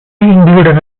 included